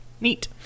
Neat